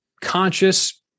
conscious